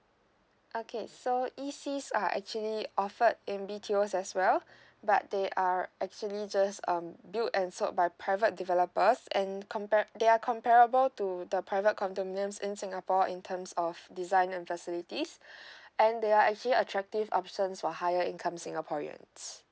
okay so E_C are actually offered in B_T_O as well but they are actually just um build and sold by private developers and compare they are comparable to the private condominiums in singapore in terms of design and facilities and they are actually attractive options for higher income singaporeans